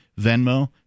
Venmo